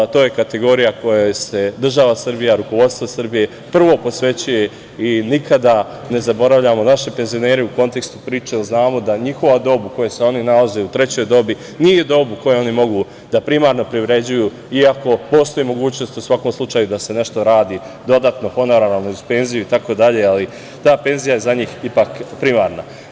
To je kategorija kojoj se država Srbija, rukovodstvo Srbije, prvo posvećuje i nikada ne zaboravljamo naše penzionere u kontekstu priče, jer znamo da njihova dob u kojoj se oni nalaze, u trećoj dobi, nije dob u kojem oni mogu da primarno privređuju, iako postoji mogućnost, u svakom slučaju, da se nešto radi dodatno, honorarno, uz penziju itd, ali ta penzija je za njih ipak primarna.